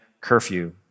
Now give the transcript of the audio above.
curfew